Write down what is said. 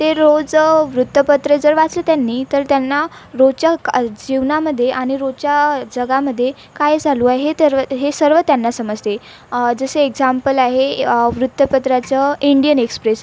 ते रोज वृत्तपत्र जर वाचलं त्यांनी तर त्यांना रोजच्या क् अल् जीवनामध्ये आणि रोजच्या जगामध्ये काय सालू आहे हे तर्व हे सर्व त्यांना समसते जसे एक्झाम्पल आहे वृत्तपत्राचं इंडियन एक्सप्रेस